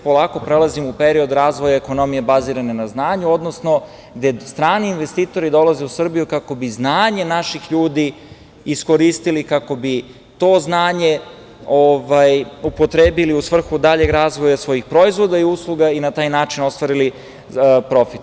Polako prelazimo u period razvoja ekonomije baziranom na znanju, odnosno gde strani investitori dolaze u Srbiju kako bi znanje naših ljudi iskoristili kako bi to znanje upotrebili u svrhu daljeg razvoja svojih proizvoda i usluga i na taj način ostvarili profit.